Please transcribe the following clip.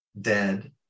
dead